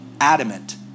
adamant